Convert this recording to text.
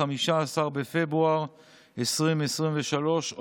15 בפברואר 2023,